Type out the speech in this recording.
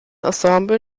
ensemble